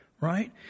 right